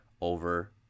over